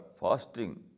fasting